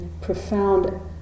profound